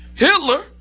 Hitler